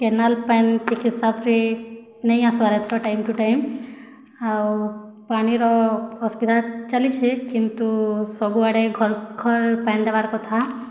canal ପାଣି ଠିକ୍ ହିସାବରେ ନେହିଁ ଆସିବାର୍ ଏଥର୍ ଟାଇମ୍ ଟୁ ଟାଇମ୍ ଆଉ ପାଣିର ଅସୁବିଧା ଚାଲିଛେ କିନ୍ତୁ ସବୁଆଡ଼େ ଘର୍ ଘର୍ ପାଣି ଦେବାର୍ କଥା